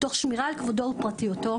תוך שמירה על כבודו ופרטיותו,